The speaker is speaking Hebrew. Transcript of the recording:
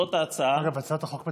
זאת ההצעה.